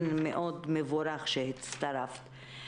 זה מאוד מבורך שהצטרפת.